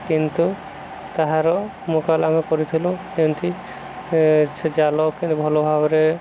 କିନ୍ତୁ ତାହାର ମୁକାବିଲା ଆମେ କରୁଥିଲୁ ଏମିତି ସେ ଜାଲ କେନ୍ତି ଭଲ ଭାବରେ